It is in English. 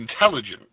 intelligent